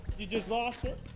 you just lost it?